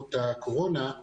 בעקבות הקורונה;